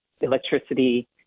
electricity